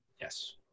Yes